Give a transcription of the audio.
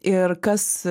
ir kas